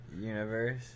Universe